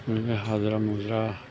बिदिनो हाजिरा मुजिरा